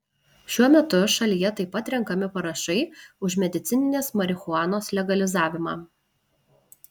šiuo metu šalyje taip pat renkami parašai už medicininės marihuanos legalizavimą